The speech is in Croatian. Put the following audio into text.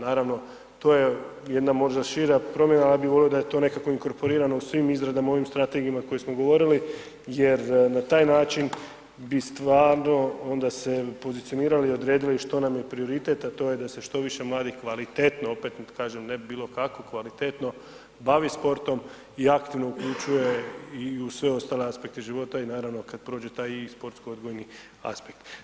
Naravno, to je jedna možda šira, ja bi volio da je to nekako inkorporirano u svim izradama, ovim strategijama o kojima smo govorili jer na taj način bi stvarno onda se pozicionirali i odredili što nam prioritet a to je da se što više mladih kvalitetno, opet kažem ne bilo kako kvalitetno, bavi sportom i aktivno uključuje i u sve ostale aspekte života i naravno kad prođe taj sportsko odgojni aspekt.